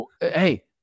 hey